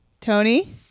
Tony